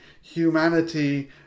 humanity